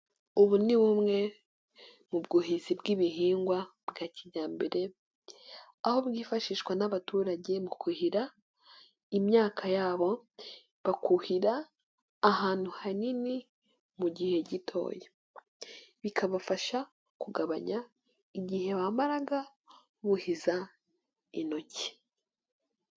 Ubu ni bumwe mu bwuhizi bw'ibihingwa bwa kijyambere, aho bwifashishwa n'abaturage mu kuhira imyaka yabo bakuhira ahantu hanini mu gihe gitoya, bikabafasha kugabanya igihe bamaraga buhiza intoki.